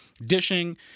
dishing